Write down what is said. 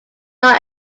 not